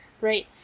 right